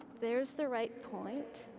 there's the right point.